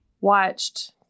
watched